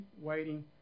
waiting